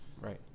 Right